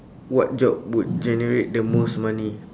what job would generate the most money